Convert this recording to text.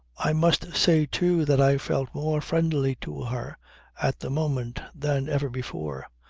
i must say too that i felt more friendly to her at the moment than ever before.